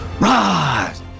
rise